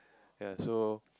ya so